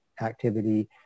activity